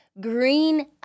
green